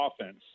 offense